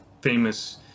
famous